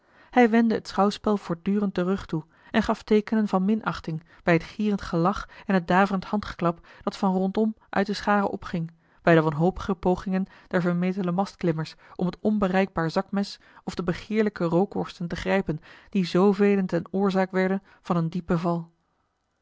hij wendde het schouwspel voortdurend den rug toe en gaf teekenen van minachting bij het gierend gelach en het daverend handgeklap dat van rondom uit de schare opging bij de wanhopige pogingen der vermetele mastklimmers om het onbereikbaar zakmes of de begeerlijke rookworsten te grijpen die zoovelen ten oorzaak werden van een diepen val